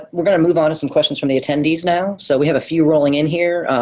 we're gonna move on to some questions from the attendees now. so we have a few rolling in here.